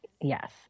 yes